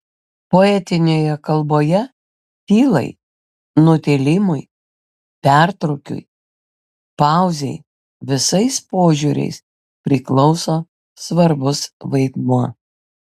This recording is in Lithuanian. poetinėje kalboje tylai nutilimui pertrūkiui pauzei visais požiūriais priklauso svarbus vaidmuo